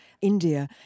India